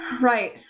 Right